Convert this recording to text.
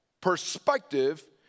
perspective